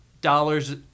dollars